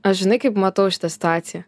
aš žinai kaip matau šitą situaciją